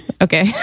Okay